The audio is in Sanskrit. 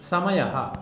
समयः